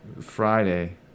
Friday